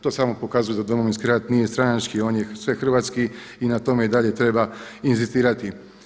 To samo pokazuje da Domovinski rat nije stranački, one je svehrvatski i na tome i dalje treba inzistirati.